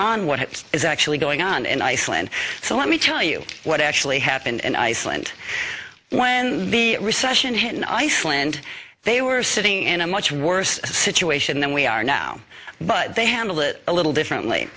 on what is actually going on in iceland so let me tell you what actually happened in iceland when the recession hit in iceland they were sitting in a much worse situation than we are now but they handled it a little differently